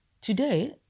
Today